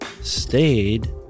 stayed